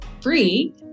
free